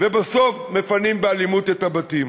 ובסוף מפנים באלימות את הבתים.